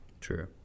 True